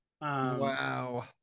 Wow